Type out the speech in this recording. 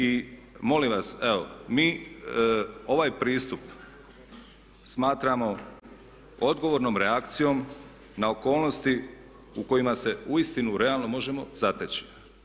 I molim vas, evo mi ovaj pristup smatramo odgovornom reakcijom na okolnosti u kojima se uistinu realno možemo zateći.